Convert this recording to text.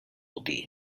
botí